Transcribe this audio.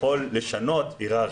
לדעתי לא יכול לשנות היררכיה,